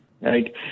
right